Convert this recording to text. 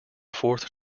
fourth